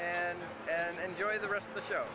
and and enjoy the rest of the show